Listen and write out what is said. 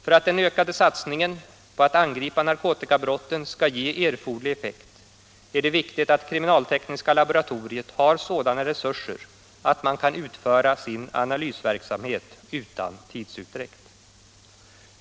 För att den ökade satsningen på att angripa narkotikabrotten skall ge erforderlig effekt är det viktigt att kriminaltekniska laboratoriet har sådana resurser att man kan utföra sin analysverksamhet utan tidsutdräkt.